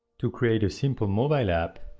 to create a simple mobile app,